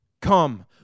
come